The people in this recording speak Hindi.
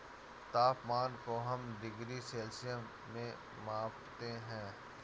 तापमान को हम डिग्री सेल्सियस में मापते है